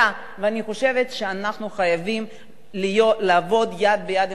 אני חושבת שאנחנו חייבים לעבוד יד ביד עם השלטון